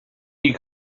you